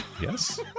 Yes